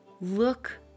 look